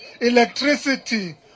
Electricity